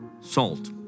salt